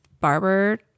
barber